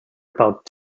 about